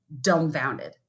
dumbfounded